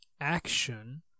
action